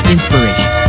Inspiration